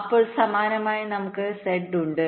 അപ്പോൾ സമാനമായി നമുക്ക് z ഉണ്ട്